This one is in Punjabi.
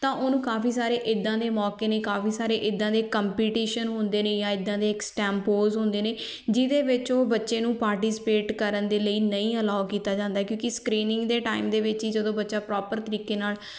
ਤਾਂ ਉਹਨੂੰ ਕਾਫੀ ਸਾਰੇ ਇੱਦਾਂ ਦੇ ਮੌਕੇ ਨੇ ਕਾਫੀ ਸਾਰੇ ਇੱਦਾਂ ਦੇ ਕੰਪੀਟੀਸ਼ਨ ਹੁੰਦੇ ਨੇ ਜਾਂ ਇੱਦਾਂ ਦੇ ਐਕਸਟੈਂਪੋਜ ਹੁੰਦੇ ਨੇ ਜਿਹਦੇ ਵਿੱਚ ਉਹ ਬੱਚੇ ਨੂੰ ਪਾਰਟੀਸਪੇਟ ਕਰਨ ਦੇ ਲਈ ਨਹੀਂ ਅਲਾਓ ਕੀਤਾ ਜਾਂਦਾ ਕਿਉਂਕਿ ਸਕਰੀਨਿੰਗ ਦੇ ਟਾਈਮ ਦੇ ਵਿੱਚ ਹੀ ਜਦੋਂ ਬੱਚਾ ਪ੍ਰੋਪਰ ਤਰੀਕੇ ਨਾਲ